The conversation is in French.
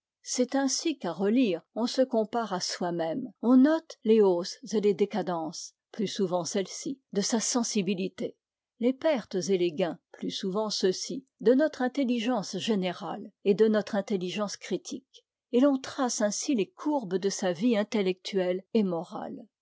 c'est ainsi qu'à relire on se compare à soi-même on note les hausses et les décadences plus souvent celles-ci de sa sensibilité les pertes et les gains plus souvent ceux-ci de notre intelligence générale et de notre intelligence critique et l'on trace ainsi les courbes de sa vie intellectuelle et morale